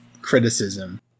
criticism